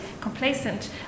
complacent